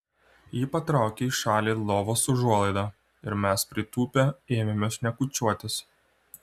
ji patraukė į šalį lovos užuolaidą ir mes pritūpę ėmėme šnekučiuotis